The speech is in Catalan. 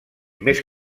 més